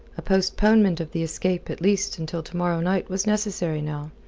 a postponement of the escape at least until to-morrow night was necessary now,